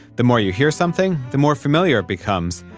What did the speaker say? the more you hear something, the more familiar it becomes,